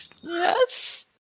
Yes